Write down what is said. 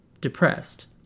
depressed